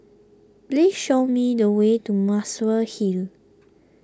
please show me the way to Muswell Hill